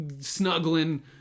snuggling